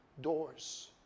doors